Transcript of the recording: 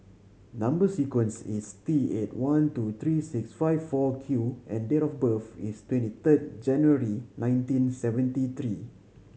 number sequence is T eight one two three six five four Q and date of birth is twenty third January nineteen seventy three